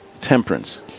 temperance